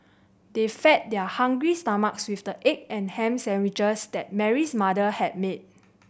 they fed their hungry stomachs with the egg and ham sandwiches that Mary's mother had made